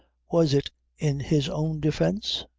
was it in his own defence?